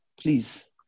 please